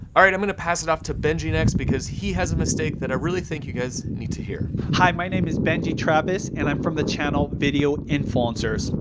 all right, i'm gonna pass it off to benji next, because he has a mistake that i really think you guys need to hear. hi my name is benji travis, and i'm from the channel video influencers.